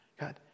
God